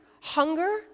hunger